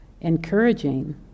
encouraging